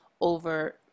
over